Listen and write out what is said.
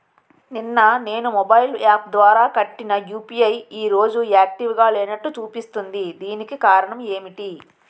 నిన్న నేను mobile app ద్వారా కట్టిన యు.పి.ఐ ఈ రోజు యాక్టివ్ గా లేనట్టు చూపిస్తుంది దీనికి కారణం ఏమిటి?